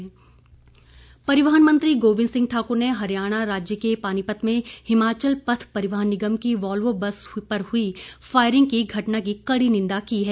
firing परिवहन मंत्री गोविंद सिंह ठाकुर ने हरियाणा राज्य के पानीपत में हिमाचल पथ परिवहन निगम की वॉल्वो बस पर हुई फायरिंग की घटना की कड़ी निंदा की है